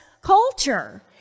culture